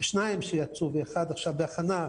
שניים שיצאו ואחד בהכנה,